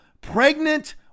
Pregnant